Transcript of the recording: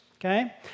okay